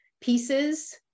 pieces